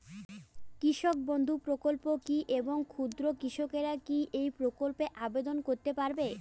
কৃষক বন্ধু প্রকল্প কী এবং ক্ষুদ্র কৃষকেরা কী এই প্রকল্পে আবেদন করতে পারবে?